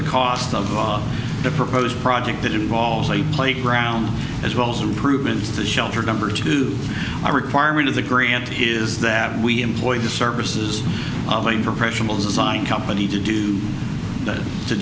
the cost of law the proposed project that involves a playground as well as improvements to shelter numbers do a requirement of the grant is that we employ the services of a professional design company to do that to